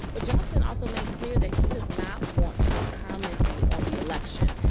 but johnson also made clear that he does not want trump commenting on the election.